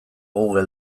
google